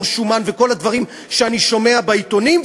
שומן" וכל הדברים שאני רואה בעיתונים,